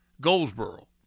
Goldsboro